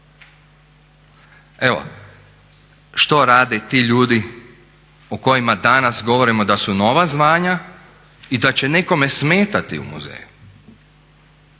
Evo što rade ti ljudi o kojima danas govorimo da su nova zvanja i da će nekome smetati u muzeju.